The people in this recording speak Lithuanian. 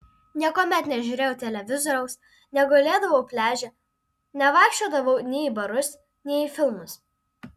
niekuomet nežiūrėjau televizoriaus negulėdavau pliaže nevaikščiodavau nei į barus nei į filmus